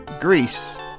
Greece